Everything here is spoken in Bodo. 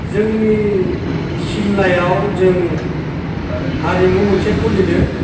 जोंनि सिमलायाव जों हारिमु मोनसे खुलिदों